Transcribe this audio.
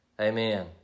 Amen